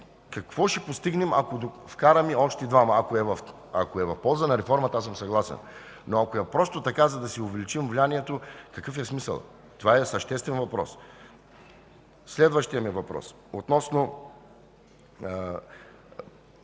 какво ще постигнем, ако вкараме още двама? Ако е в полза на реформата, аз съм съгласен. Но ако е просто така, за да си увеличим влиянието, какъв е смисълът? Това е съществен въпрос. Следващият ми въпрос е относно